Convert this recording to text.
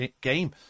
game